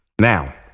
Now